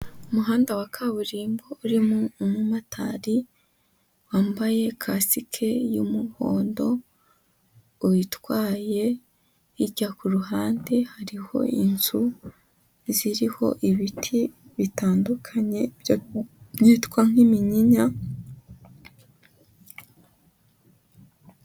Umuhanda wa kaburimbo, urimo umumotari wambaye kasike y'umuhondo, uyitwaye hirya ku ruhande hariho inzu ziriho ibiti bitandukanye, byitwa nk'iminyinya.